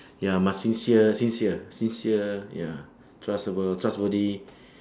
ya must sincere sincere sincere ya trustable trustworthy